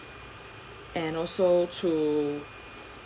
and also to